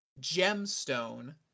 gemstone